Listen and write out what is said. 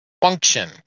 function